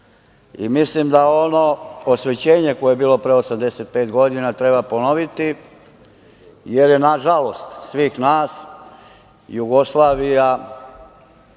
Mislim da ono posvećenje koje je bilo pre 85 godina treba ponoviti jer na žalost, svih nas, Jugoslavija